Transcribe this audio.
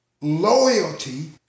loyalty